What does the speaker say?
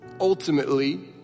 ultimately